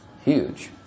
huge